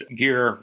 gear